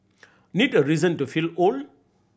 need a reason to feel old